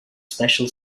special